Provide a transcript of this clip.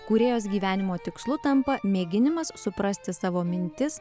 kūrėjos gyvenimo tikslu tampa mėginimas suprasti savo mintis